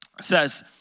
says